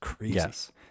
yes